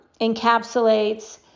encapsulates